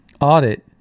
audit